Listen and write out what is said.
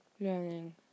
learning